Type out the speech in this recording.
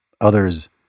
others